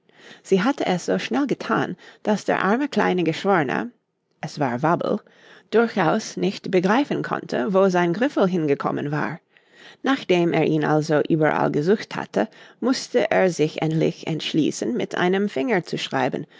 sie hatte es so schnell gethan daß der arme kleine geschworne es war wabbel durchaus nicht begreifen konnte wo sein griffel hingekommen war nachdem er ihn also überall gesucht hatte mußte er sich endlich entschließen mit einem finger zu schreiben